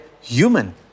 human